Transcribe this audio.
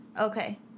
Okay